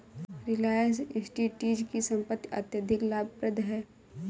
Reliance Industries की संपत्ति अत्यधिक लाभप्रद है